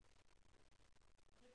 שומעים